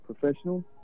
professional